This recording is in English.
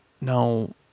Now